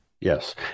Yes